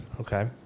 Okay